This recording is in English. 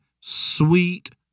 sweet